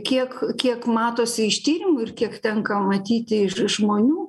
kiek kiek matosi iš tyrimų ir kiek tenka matyti iš žmonių